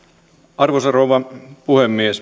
arvoisa rouva puhemies